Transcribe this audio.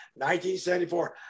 1974